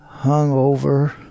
hungover